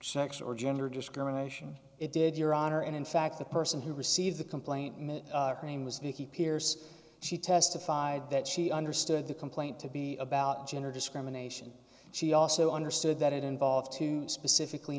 sex or gender discrimination it did your honor and in fact the person who received the complaint name was vicky pierce she testified that she understood the complaint to be about gender discrimination she also understood that it involved two specifically